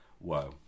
whoa